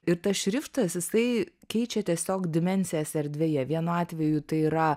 ir tas šriftas jisai keičia tiesiog dimensijas erdvėje vienu atveju tai yra